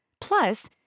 Plus